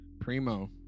Primo